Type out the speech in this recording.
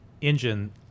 engine